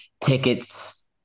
tickets